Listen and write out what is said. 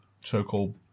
so-called